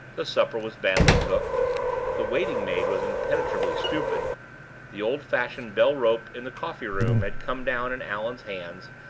the supper was badly cooked the waiting-maid was impenetrably stupid the old-fashioned bell-rope in the coffee-room had come down in allan's hands,